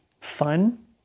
fun